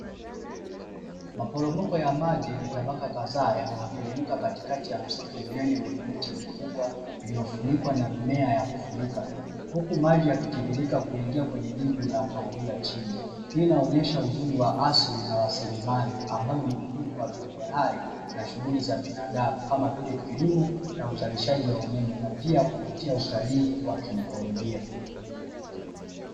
Maporomoko ya maji yenye tabaka kadhaa yanayoteremka katikati ya msitu mnene wenye miti mikubwa iliyofunikwa na mimea ya kufunika, huku maji yakitiririka kuingia kwenye dimwi la kahawia chini, hii inaonyesha uzuri wa asili na rasilimali ambayo ni muhimu kwa viumbe hai na shughuli za binadamu kama vile kilimo na uzalishaji wa umeme na pia kuvutia utalii wa kiikolojia.